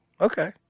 Okay